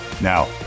Now